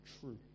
true